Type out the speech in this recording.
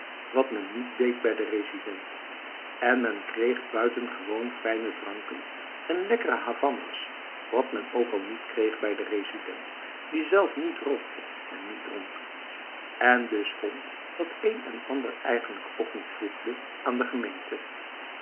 wat men niet deed bij de resident en men kreeg buitengewoon fijne dranken en lekkere havanna's wat men ook al niet kreeg bij de resident die zelf niet rookte en niet dronk en dus vond dat een en ander eigenlijk ook niet voegde aan de gemeentel